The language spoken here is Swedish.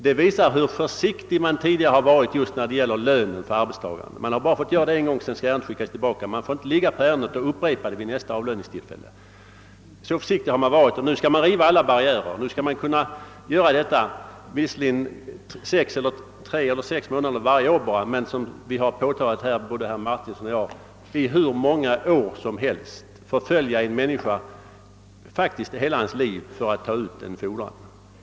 Det visar hur försiktig man har varit just när det gäller lönen för arbetstagaren. Man får som sagt bara göra det en gång och sedan skall ärendet skickas tillbaka. Man får inte ligga på ärendet och upprepa försöket vid nästa avlöningstillfälle. Så försiktig har man varit, men nu skall man riva alla barriärer. Nu skall man kunna göra detta, visserligen bara tre eller sex månader varje år, men som vi har påtalat här, både herr Martinsson och jag, får det göras i hur många år som helst. Man får faktiskt förfölja en människa i hela hans liv för att ta ut en fordran.